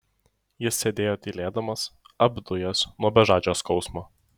jis sėdėjo tylėdamas apdujęs nuo bežadžio skausmo